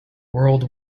world